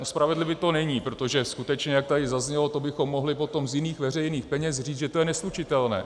No, spravedlivé to není, protože skutečně, jak tady zaznělo, to bychom mohli potom z jiných veřejných peněz říct, že to je neslučitelné.